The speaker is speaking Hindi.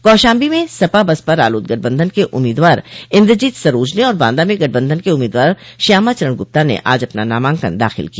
कौशाम्बी में सपा बसपा रालोद गठबंधन के उम्मीदवार इन्द्रजीत सरोज ने और बांदा में गठबंधन के उम्मीदवार श्यामा चरण गुप्ता ने आज अपना नामांकन दाखिल किया